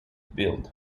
build